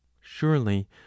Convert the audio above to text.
surely